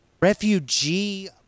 refugee